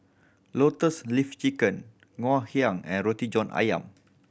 Lotus Leaf Chicken Ngoh Hiang and Roti John Ayam